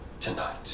tonight